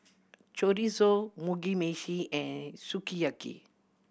Chorizo Mugi Meshi and Sukiyaki